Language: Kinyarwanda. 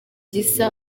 gisa